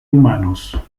humanos